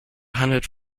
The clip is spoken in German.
handelt